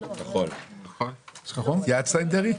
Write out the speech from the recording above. יש החלטת ממשלה כזאת.